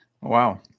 wow